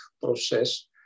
process